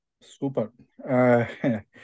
Super